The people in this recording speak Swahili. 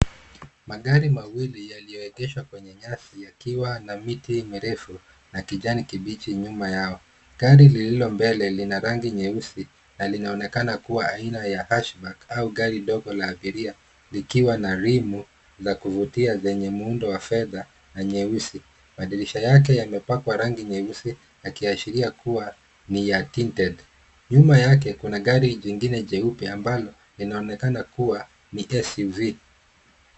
Magari mawili yaliyoegeshwa kwenye nyasi, yakiwa na miti mirefu na kijani kibichi nyuma yao. Gari lililo mbele lina rangi nyeusi, na linaonekana kuwa aina ya hatchback au gari dogo la abiria, likiwa na rimu za kuvutia zenye muundo wa fedha na nyeusi, madirisha yake yamepakwa rangi nyeusi yakiashiria kuwa ni ya tinted ,nyuma yake, kuna gari jingine jeupe ambalo, linaonekana kuwa ni SUV.